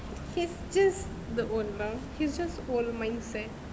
he's just the old lah he's just old mindset